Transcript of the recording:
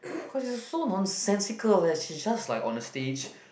cause it is so nonsensical leh she is like just on the stage